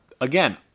again